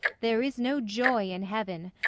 there is no joy in heaven,